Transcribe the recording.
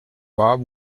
bob